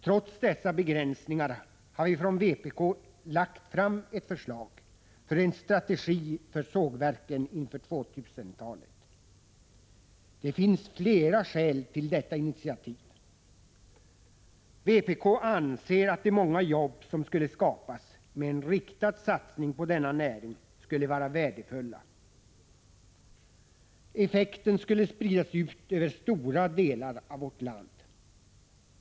Trots dessa begränsningar har vi från vpk lagt fram ett förslag för en strategi för sågverken inför 2000-talet. Det finns flera skäl till detta initiativ. Vpk anser att de många jobb som skulle skapas med en riktad satsning på denna näring skulle vara värdefulla. Effekten skulle spridas ut över stora delar av vårt land.